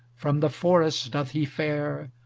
from the forest doth he fare,